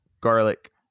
garlic